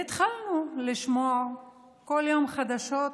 והתחלנו לשמוע כל יום חדשות,